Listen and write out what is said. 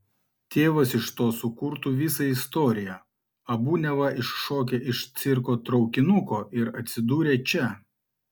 tėvas iš to sukurtų visą istoriją abu neva iššokę iš cirko traukinuko ir atsidūrę čia